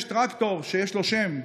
יש טרקטור שיש לו שם,